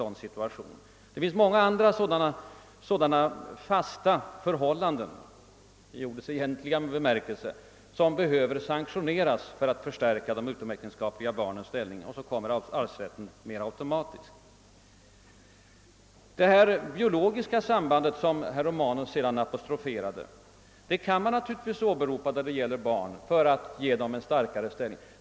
Det finns många andra sådana fasta — i ordets egentliga bemärkelse — förhållanden som behöver sanktioneras för att de utomäktenskapliga barnens rättsläge skall förstärkas och arvsrätten följa automatiskt. Det biologiska samband som herr Romanus apostroferade kan man naturligtvis åberopa för att ge barnen en starkare ställning.